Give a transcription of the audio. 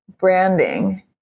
branding